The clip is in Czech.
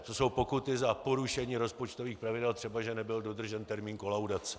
To jsou pokuty za porušení rozpočtových pravidel, třeba že nebyl dodržen termín kolaudace.